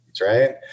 Right